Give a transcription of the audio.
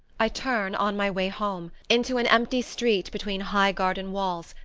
i turn, on my way home, into an empty street between high garden walls,